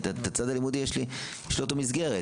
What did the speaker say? יש לי במסגרת,